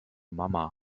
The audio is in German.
mama